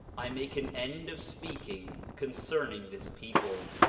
i make an end of speaking concerning this people.